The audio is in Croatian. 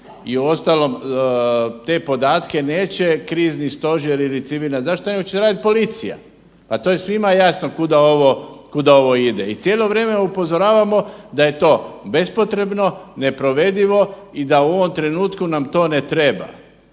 i uostalom te podatke neće Krizni stožer ili civilna zaštita nego će raditi policija. Pa to je svima jasno kuda ovo ide. I cijelo vrijeme upozoravamo da je to bespotrebno, neprovedivo i da nam u ovom trenutku to ne treba